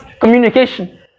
communication